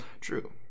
True